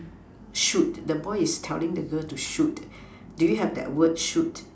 shoot the boy is telling the girl to shoot do you have the word shoot